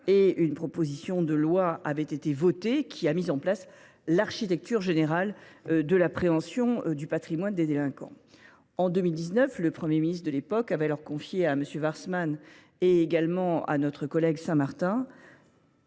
et une proposition de loi avait été votée, mettant en place l’architecture générale de l’appréhension du patrimoine des délinquants. En 2019, le Premier ministre de l’époque avait confié à MM. Warsmann et Saint Martin